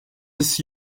des